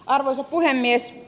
arvoisa puhemies